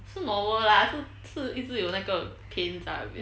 是 normal lah 是是一直有那个 pain 在那边